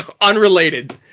Unrelated